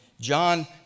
John